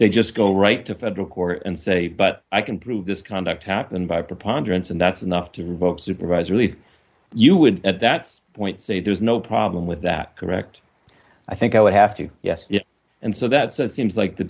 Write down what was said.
they just go right to federal court and say but i can prove this conduct happened by preponderance and that's enough to revoke supervise really you would at that point say there's no problem with that correct i think i would have to yes and so that's a seems like the